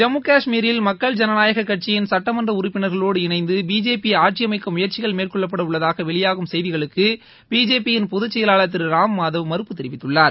ஜம்மு கஷ்மீரில் மக்கள் ஜனநாயக கட்சியின் சட்மன்ற உறுப்பினர்களோடு இணைந்து பிஜேபி ஆட்சியமைக்க முயற்சிகள் மேற்கொள்ளப்பட உள்ளதாக வெளியாகும் செய்திகளுக்கு பிஜேபியின் பொதுச் செயலாளர் திரு ராம் மாதவ் மறுப்பு தெரிவித்துள்ளார்